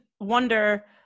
wonder